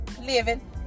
living